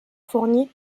fournit